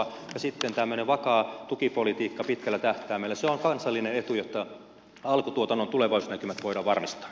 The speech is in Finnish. ja sitten tämmöinen vakaa tukipolitiikka pitkällä tähtäimellä on kansallinen etu jotta alkutuotannon tulevaisuusnäkymät voidaan varmistaa